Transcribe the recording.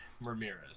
Ramirez